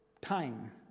time